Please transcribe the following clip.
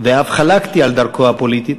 ואף חלקתי על דרכו הפוליטית,